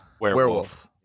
Werewolf